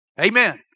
Amen